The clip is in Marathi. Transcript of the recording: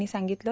यांनी सांगितलं